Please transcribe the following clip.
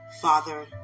Father